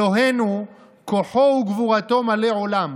אלוהינו, כוחו וגבורתו מלא עולם,